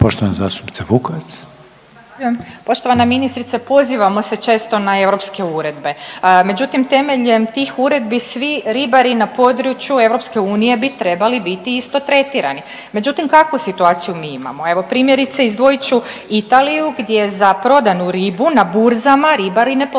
Poštovana ministrice pozivamo se često na europske uredbe, međutim temeljem tih uredbi svi ribari na području EU bi trebali biti isto tretirani. Međutim, kakvu situaciju mi imao, evo primjerice izdvojit ću Italiju gdje za prodanu ribu na burzama ribari ne plaćaju